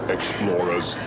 Explorers